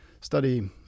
study